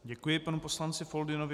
Děkuji panu poslanci Foldynovi.